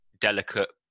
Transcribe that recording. delicate